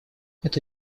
эта